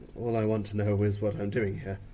all i want to know is what i'm doing here!